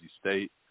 State